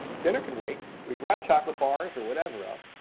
dinner could wait. we grabbed chocolate bars, or whatever else,